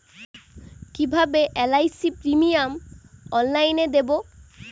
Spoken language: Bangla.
কিভাবে এল.আই.সি প্রিমিয়াম অনলাইনে দেবো?